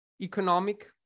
economic